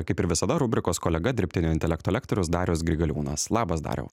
kaip ir visada rubrikos kolega dirbtinio intelekto lektorius darius grigaliūnas labas dariau